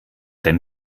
denn